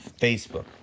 Facebook